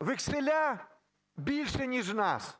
векселя, більше ніж нас.